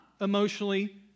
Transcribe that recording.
emotionally